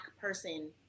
person